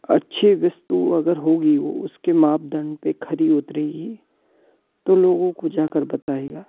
अच्छी वस्तु अगर होगी वह उसके माप दंड पर खड़ी उतरेगी तो लोगों को जाकर बताएगा